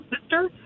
sister